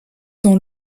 dans